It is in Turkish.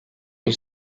bir